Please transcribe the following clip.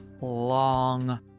long